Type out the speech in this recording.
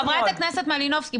חברת הכנסת מלינובסקי,